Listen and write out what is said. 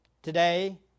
Today